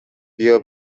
بیا